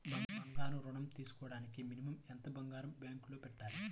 బంగారం ఋణం తీసుకోవడానికి మినిమం ఎంత బంగారం బ్యాంకులో పెట్టాలి?